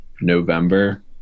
November